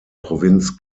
provinz